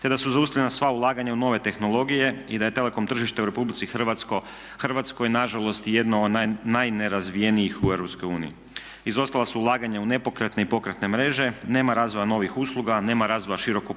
te da su zaustavljena sva ulaganja u nove tehnologije i da je telekom tržište u RH nažalost jedno od najnerazvijenijih u EU. Izostala su ulaganja u nepokretne i pokretne mreže, nema razvoja novih usluga, nema razvoja širokopojasnog